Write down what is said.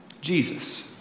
Jesus